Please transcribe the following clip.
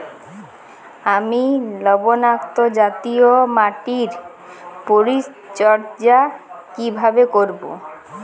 আমি লবণাক্ত জাতীয় মাটির পরিচর্যা কিভাবে করব?